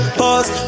pause